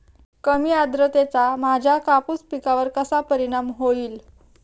कमी आर्द्रतेचा माझ्या कापूस पिकावर कसा परिणाम होईल?